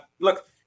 look